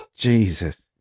Jesus